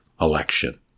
election